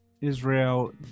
Israel